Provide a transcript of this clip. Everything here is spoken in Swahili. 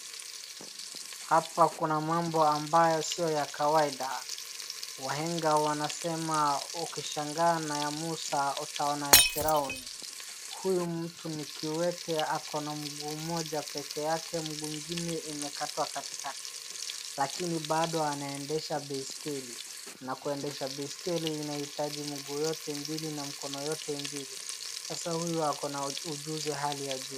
Hapa kuna mambo ambayo sio ya kawaida. Wahenga wanasema ukishangaa na ya Musa utaona ya Firauni. Huyu mtu ni kiwete, ako na mguu moja pekee yake, mguu ingine imekatwa katikati. Lakini bado anaendesha baiskeli. Na kuendesha baiskeli inahitaji miguu yote mbili na mkono yote mbili. Sasa huyu ako na ujuzi hali ya juu.